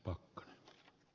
arvoisa puhemies